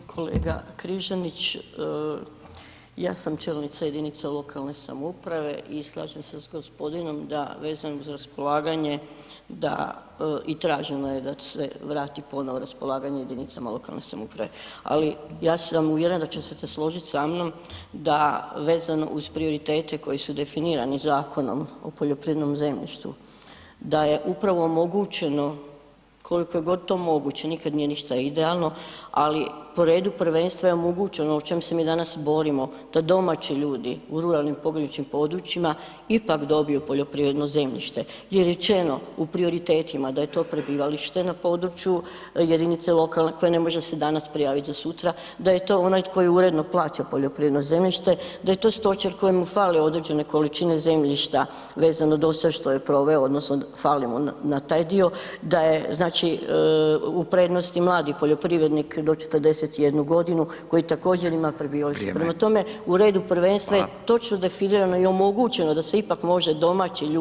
Evo, kolega Križanić ja sam čelnica jedinice lokalne samouprave i slažem se sa gospodinom da vezano uz raspolaganje, da i traženo je da se vrati ponovo raspolaganje jedinicama lokalne samouprave, ali ja sam uvjerena da ćete se složiti sa mnom da vezano uz prioritete koji su definirani Zakonom o poljoprivrednom zemljištu da je upravo omogućeno koliko god je to moguće, nikada nije ništa idealno, ali po redu prvenstva je omogućeno o čem mi danas borimo da domaći ljudi u ruralnim pograničnim područjima ipak dobiju poljoprivredno zemljište, i rečeno u prioritetima da je to prebivalište na području jedinice lokalne koje ne može se danas prijaviti ili sutra, da je to onaj koji uredno plaća poljoprivredno zemljište, da je to stočar kojemu fale određene količine zemljišta vezano do sada što je prove odnosno fali mu na taj dio, da je znači u prednosti mladi poljoprivrednik do 41 godinu koji također ima prebivalište [[Upadica: Vrijeme.]] prema tome u redu prvenstva je točno definirano i omogućeno da se ipak može domaći ljudi dobiti zemljište.